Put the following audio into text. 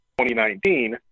2019